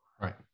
Right